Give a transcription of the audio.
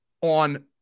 on